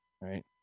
right